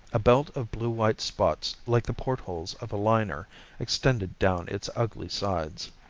a belt of blue-white spots like the portholes of a liner extended down its ugly sides.